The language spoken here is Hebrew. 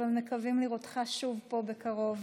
אבל מקווים לראותך שוב פה בקרוב.